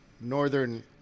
northern